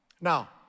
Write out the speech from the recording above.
Now